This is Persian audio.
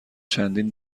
چندین